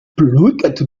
publikatu